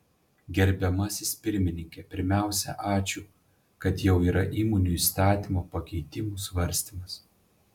gerbiamasis pirmininke pirmiausia ačiū kad jau yra įmonių įstatymo pakeitimų svarstymas